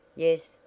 yes,